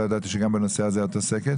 לא ידעתי שגם בנושא הזה את עוסקת,